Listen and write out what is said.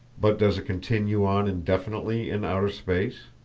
but does it continue on indefinitely in outer space?